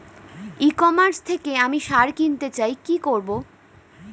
ই commerce থেকে আমি সার কিনতে চাই কি করব?